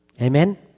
Amen